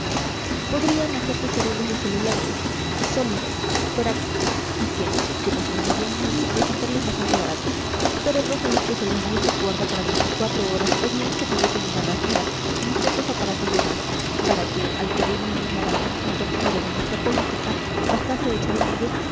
podrían hacerse cerebros de celuloide sólidos prácticos y que como se venderían mucho resultarían bastante baratos cerebros a los que se les diese cuerda para veinticuatro horas o bien que tuviesen una ranura como ciertos aparatos de gas para que al querer iluminar algún punto obscuro de nuestra política bastase echar en ellos